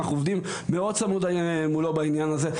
אנחנו עובדים מאוד צמוד מולו בעניין הזה,